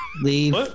Leave